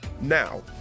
Now